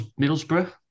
Middlesbrough